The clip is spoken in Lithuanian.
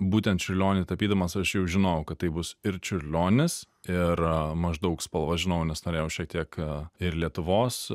būtent čiurlionį tapydamas aš jau žinojau kad taip bus ir čiurlionis ir maždaug spalvas žinojau nes norėjau šiek tiek ir lietuvos